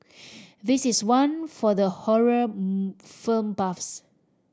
this is one for the horror film buffs